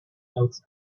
else